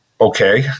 okay